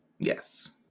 Yes